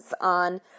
on